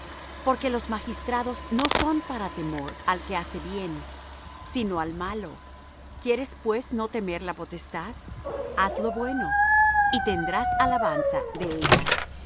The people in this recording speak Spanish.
porque los magistrados no son para temor al que bien hace sino al malo quieres pues no temer la potestad haz lo bueno y tendrás alabanza de ella